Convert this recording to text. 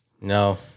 No